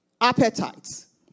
appetites